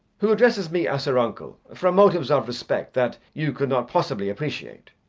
who addresses me as her uncle from motives of respect that you could not possibly appreciate,